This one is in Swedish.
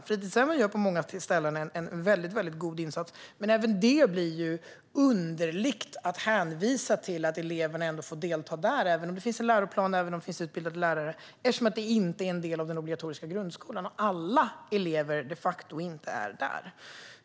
Fritidshemmen gör på många ställen en mycket god insats, men även om det finns en läroplan och utbildade lärare där blir det ju underligt att hänvisa till att eleverna får delta i detta eftersom det inte är en del av den obligatoriska grundskolan och eftersom alla elever de facto inte går där.